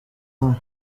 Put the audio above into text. hano